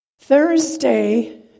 Thursday